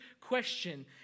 question